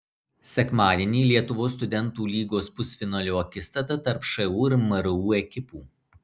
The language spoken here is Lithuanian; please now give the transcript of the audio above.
sekmadienį lietuvos studentų lygos pusfinalio akistata tarp šu ir mru ekipų